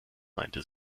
meinte